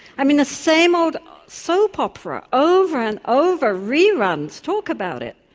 i mean the same old soap opera over and over, re-runs, talk about it.